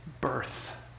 birth